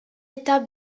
étape